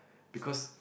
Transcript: because